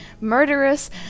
murderous